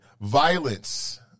Violence